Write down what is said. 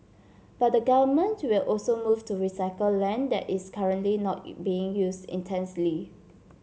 but the government will also move to recycle land that is currently not being used intensely